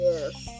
Yes